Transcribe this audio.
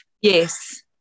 yes